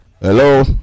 Hello